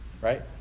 right